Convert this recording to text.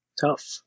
tough